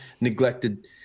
neglected